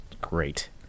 great